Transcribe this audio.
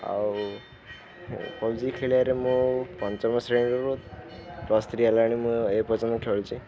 ଆଉ PUBG ଖେଳିବାରେ ମୁଁ ପଞ୍ଚମ ଶ୍ରେଣୀରୁ ପ୍ଲସ୍ ଥ୍ରୀ ହେଲାଣି ମୁଁ ଏ ପର୍ଯ୍ୟନ୍ତ ଖେଳୁଛି